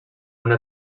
una